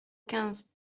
quinze